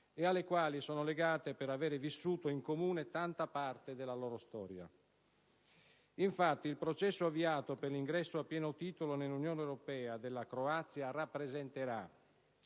e alle quali sono legate per avere vissuto in comune tanta parte della loro storia. Infatti, il processo avviato per l'ingresso a pieno titolo nell'Unione europea della Croazia rappresenterà,